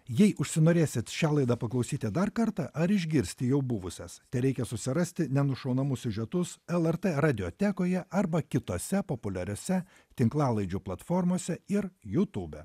jei užsinorėsit šią laidą paklausyti dar kartą ar išgirsti jau buvusias tereikia susirasti nenušaunamus siužetus lrt radiotekoje arba kitose populiariose tinklalaidžių platformose ir jutūbe